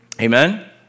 Amen